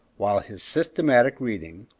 while his systematic reading,